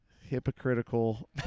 hypocritical